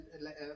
let